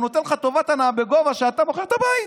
הוא נותן לך טובת הנאה בגובה שאתה מוכר את הבית,